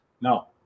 No